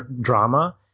drama